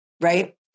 right